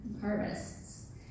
harvests